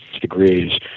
degrees